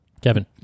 Kevin